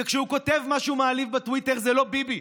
וכשהוא כותב משהו מעליב בטוויטר זה לא ביבי,